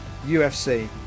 UFC